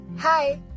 Hi